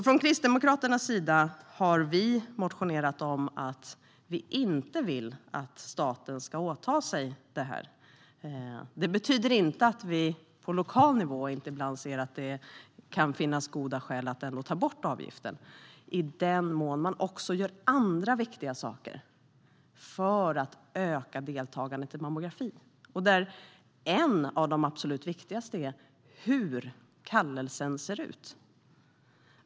Från Kristdemokraternas sida har vi därför motionerat om att vi inte vill att staten ska åta sig detta. Det betyder inte att vi på lokal nivå inte ser att det ibland kan finnas goda skäl att ta bort avgiften - i den mån man också gör andra viktiga saker för att öka deltagandet i mammografin. En av de absolut viktigaste är hur kallelsen ser ut.